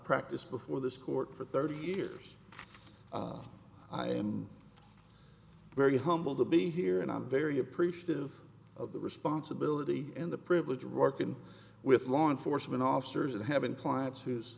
practiced before this court for thirty years i am very humbled to be here and i'm very appreciative of the responsibility in the privilege of working with law enforcement officers that have been clients who